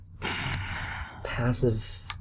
Passive